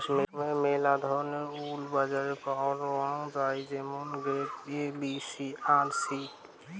কাশ্মীরের মেলা ধরণের উল বাজারে পাওয়াঙ যাই যেমন গ্রেড এ, বি আর সি